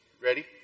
Ready